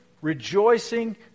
rejoicing